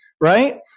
right